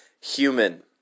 human